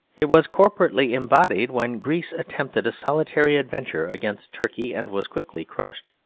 it was corporately embodied when greece attempted a solitary adventure against turkey and was quickly crushed.